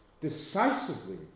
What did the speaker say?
decisively